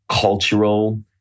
cultural